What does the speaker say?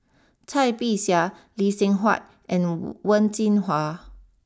Cai Bixia Lee Seng Huat and Wen Jinhua